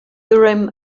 urim